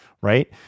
right